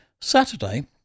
Saturday